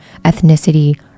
ethnicity